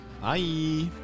Bye